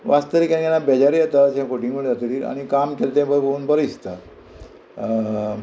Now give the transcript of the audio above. वास्तारी केन्ना केन्ना बेजारी येता अशें फोटिंग हातीर आनी काम केल्लें तें पय भोंवून बरें दिसता